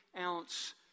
ounce